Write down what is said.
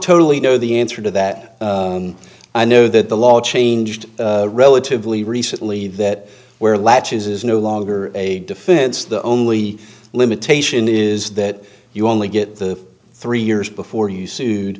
totally know the answer to that i know that the law changed relatively recently that where latches is no longer a defense the only limitation is that you only get the three years before you